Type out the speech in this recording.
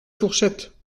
fourchette